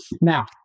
Now